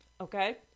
Okay